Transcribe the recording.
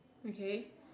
okay